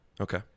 Okay